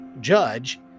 judge